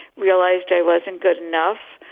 realized i wasn't good enough.